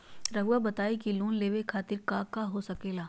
रउआ बताई की लोन लेवे खातिर काका हो सके ला?